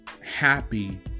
happy